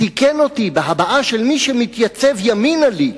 תיקן אותי בהבעה של מי שמתייצב ימינה לי,